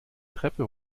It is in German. treppe